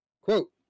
Quote